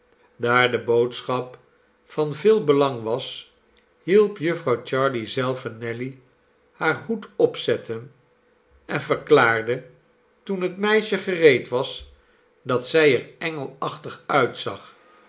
daar de boodschap van veel belang was hielp jufvrouw jarley zelve nelly haar hoed opzetten en verklaarde toen het meisje gereed was dat zij er engelachtig uitzag